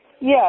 Yes